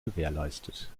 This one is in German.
gewährleistet